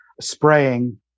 spraying